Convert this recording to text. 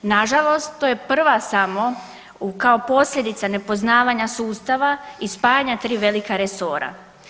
Nažalost, to je prva samo kao posljedica nepoznavanja sustava i spajanja 3 velika resora.